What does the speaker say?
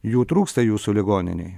jų trūksta jūsų ligoninėj